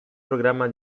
programma